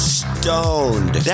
stoned